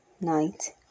night